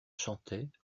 chantait